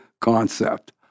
concept